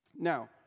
Now